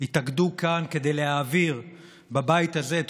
התאגדו כאן כדי להעביר בבית הזה את